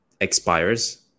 expires